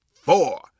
four